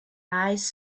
eyes